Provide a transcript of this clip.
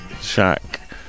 Shack